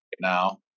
now